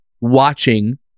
watching